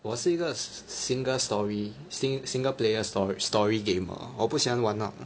我是一个 single story sing~ single player story story gamer 我不喜欢玩那种的